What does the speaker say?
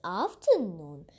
afternoon